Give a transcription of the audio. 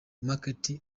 market